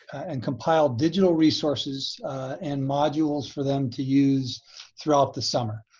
and compile digital resources and modules for them to use throughout the summer.